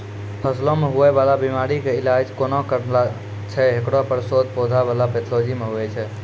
फसलो मे हुवै वाला बीमारी के इलाज कोना करना छै हेकरो पर शोध पौधा बला पैथोलॉजी मे हुवे छै